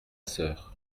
sœur